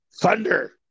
thunder